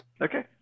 okay